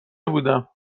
بودم